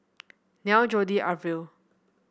Neil Jodi Arvil